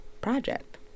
project